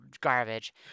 garbage